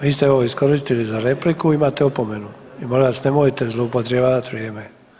Vi ste ovo iskoristili za repliku i imate opomenu i molim vas nemojte zloupotrebljavat vrijeme.